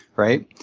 right?